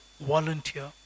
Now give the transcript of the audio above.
volunteer